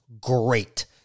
great